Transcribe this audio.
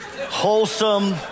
wholesome